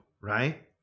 right